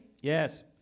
Yes